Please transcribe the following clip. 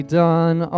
done